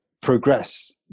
progress